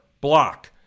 block